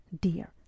dear